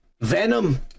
Venom